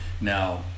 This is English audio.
Now